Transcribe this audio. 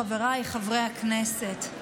חבריי חברי הכנסת,